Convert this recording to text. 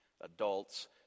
adults